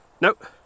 Nope